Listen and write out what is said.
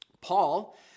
Paul